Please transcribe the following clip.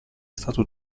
stato